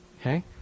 Okay